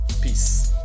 peace